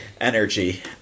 energy